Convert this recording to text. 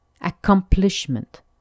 accomplishment